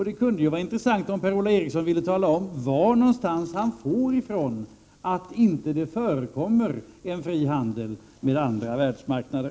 Det kunde vara intressant om Per-Ola Eriksson ville tala om varifrån han får uppfattningen att det inte förekommer en fri handel med andra världsmarknader.